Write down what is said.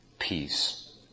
peace